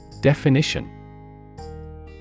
Definition